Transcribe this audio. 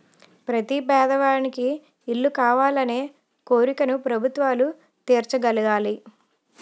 ప్రతి పేదవానికి ఇల్లు కావాలనే కోరికను ప్రభుత్వాలు తీర్చగలగాలి